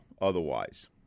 otherwise